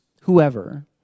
whoever